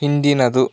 ಹಿಂದಿನದು